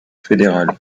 fédéral